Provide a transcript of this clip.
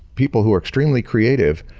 people who are extremely creative,